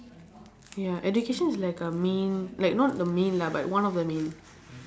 ya education is like a main like not the main lah but like one of the main